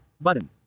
button